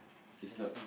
it's not